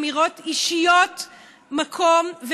אז אולי חלק מהם לא תיירים,